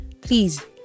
please